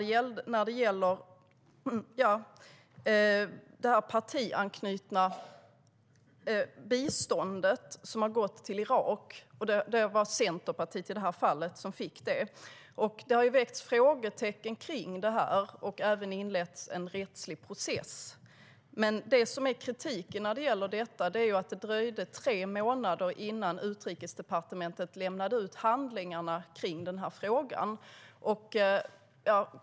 Det handlar om det partianknutna biståndet som har gått till Irak. Det var i det här fallet Centerpartiet som fick det. Det har väckts frågetecken kring det här, och en rättslig process har även inletts. Kritiken när det gäller detta är att det dröjde tre månader innan Utrikesdepartementet lämnade ut handlingarna i frågan.